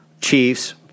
Chiefs